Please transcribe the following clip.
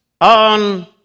on